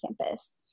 campus